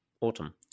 autumn